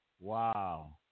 Wow